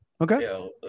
okay